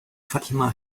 fatima